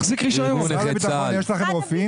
במשרד הביטחון יש לכם רופאים?